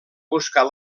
buscar